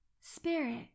Spirit